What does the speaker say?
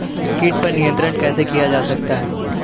कीट पर नियंत्रण कैसे किया जा सकता है?